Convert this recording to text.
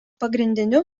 pagrindiniu